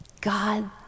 God